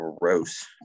gross